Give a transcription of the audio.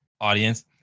audience